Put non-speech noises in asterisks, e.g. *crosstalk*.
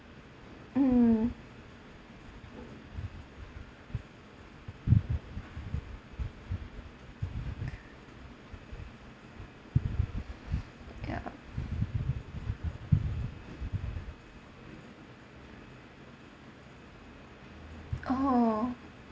mm *breath* ya oh